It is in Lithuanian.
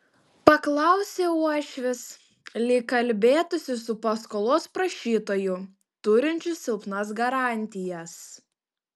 paklausė uošvis lyg kalbėtųsi su paskolos prašytoju turinčiu silpnas garantijas